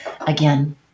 again